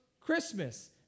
Christmas